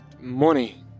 money